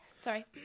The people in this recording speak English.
Sorry